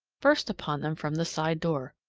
burst upon them from the side door.